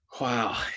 Wow